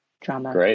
drama